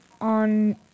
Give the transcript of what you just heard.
on